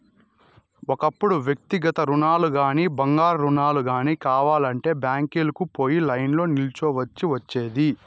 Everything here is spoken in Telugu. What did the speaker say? ఒకప్పుడు వ్యక్తిగత రుణాలుగానీ, బంగారు రుణాలు గానీ కావాలంటే బ్యాంకీలకి పోయి లైన్లో నిల్చోవల్సి ఒచ్చేది